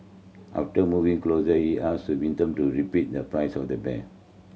after moving closer he asked the victim to repeat the price of the bear